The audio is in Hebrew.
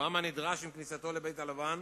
אובמה נדרש, עם כניסתו לבית הלבן,